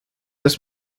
los